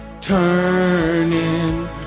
Turning